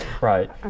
right